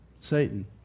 Satan